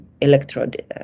electrode